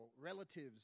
relatives